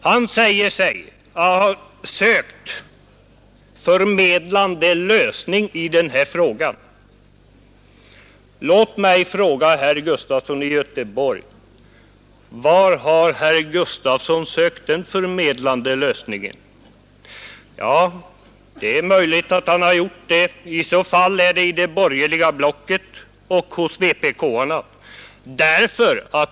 Han sade sig ha sökt förmedla en lösning. Låt mig fråga herr Gustafson i Göteborg var han har sökt den förmedlande lösningen. Det är möjligt att han har gjort det — i så fall i det borgerliga blocket och hos kommunisterna.